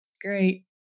great